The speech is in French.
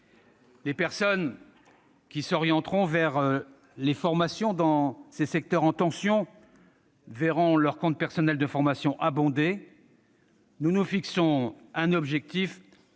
Les personnes qui s'orienteront vers les formations dans ces secteurs en tension verront leur compte personnel de formation abondé. Nous nous fixons un objectif